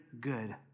good